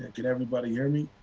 can everybody hear me?